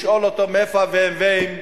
לשאול אותו מאיפה הב.מ.ווים,